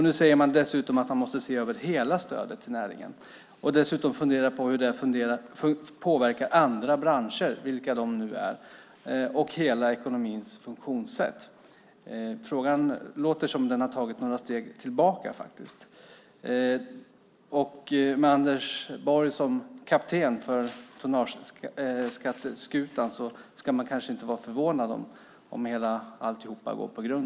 Nu sägs det dessutom att man måste se över hela stödet till näringen och dessutom fundera på hur det här påverkar andra branscher - vilka de nu är - och hela ekonomins funktionssätt. Det låter som att det i frågan faktiskt har tagits några steg tillbaka. Med Anders Borg som kapten på tonnageskatteskutan ska man kanske inte vara förvånad om alltihop till slut går på grund.